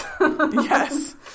Yes